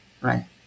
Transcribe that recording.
right